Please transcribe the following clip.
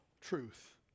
truth